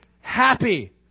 happy